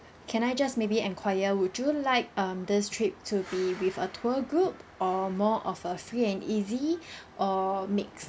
can I just maybe enquire would you like um this trip to be with a tour group or more of a free and easy or mix